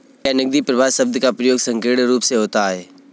क्या नकदी प्रवाह शब्द का प्रयोग संकीर्ण रूप से होता है?